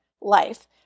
life